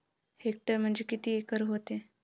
Hectare म्हणजे किती acre व्हते?